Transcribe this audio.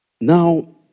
now